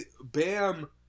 Bam